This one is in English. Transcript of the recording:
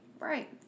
Right